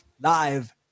Live